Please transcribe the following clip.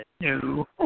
No